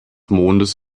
mondes